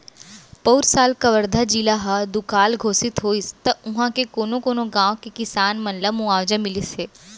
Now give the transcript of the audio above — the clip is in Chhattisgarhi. पउर साल कवर्धा जिला ह दुकाल घोसित होइस त उहॉं के कोनो कोनो गॉंव के किसान मन ल मुवावजा मिलिस हे